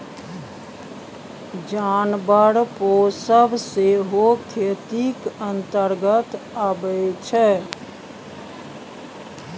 जानबर पोसब सेहो खेतीक अंतर्गते अबै छै